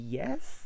yes